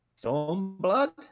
Stormblood